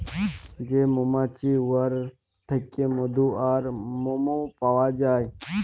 যে মমাছি উয়ার থ্যাইকে মধু আর মমও পাউয়া যায়